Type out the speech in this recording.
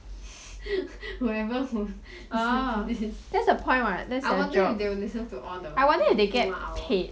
whoever who do this I wonder if they will listen to all the full one hour